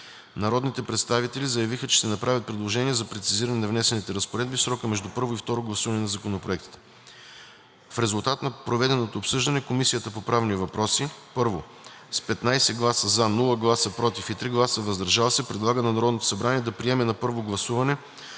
Народните представители заявиха, че ще направят предложения за прецизиране на внесените разпоредби в срока между първо и второ гласуване на законопроектите. В резултат на проведеното обсъждане Комисията по правни въпроси: 1. с 15 гласа „за“, без „против“ и 3 гласа „въздържал се“ предлага на Народното събрание да приеме на първо гласуване